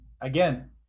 again